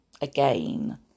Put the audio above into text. Again